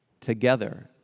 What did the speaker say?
together